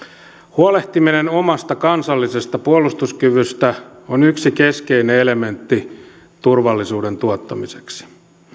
huolehtiminen omasta kansallisesta puolustuskyvystä on yksi keskeinen elementti turvallisuuden tuottamiseksi